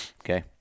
Okay